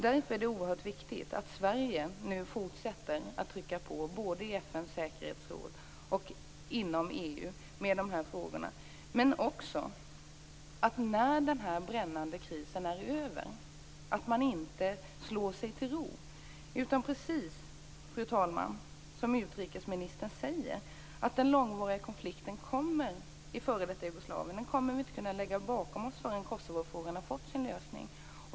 Därför är det oerhört viktigt att Sverige fortsätter att trycka på både i FN:s säkerhetsråd och inom EU i dessa frågor. När denna brännande kris är över skall man inte slå sig till ro. Precis som utrikesministern säger, fru talman, kommer vi inte att kunna lägga den långvariga konflikten i f.d. Jugoslavien bakom oss förrän Kosovofrågan har fått sin lösning.